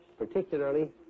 particularly